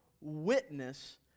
witness